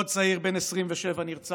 עוד צעיר בן 27 נרצח,